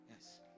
Yes